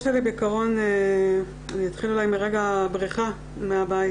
אני אתחיל מרגע הבריחה מהבית.